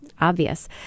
obvious